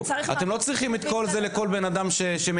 אתם לא צריכים את כל זה לכל בן אדם שמגיע.